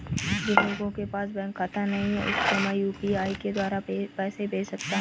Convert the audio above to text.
जिन लोगों के पास बैंक खाता नहीं है उसको मैं यू.पी.आई के द्वारा पैसे भेज सकता हूं?